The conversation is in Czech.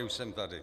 Už jsem tady.